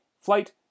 Flight